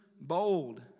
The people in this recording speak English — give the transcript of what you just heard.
bold